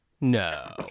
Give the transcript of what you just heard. No